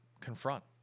confront